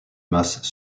masses